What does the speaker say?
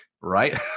right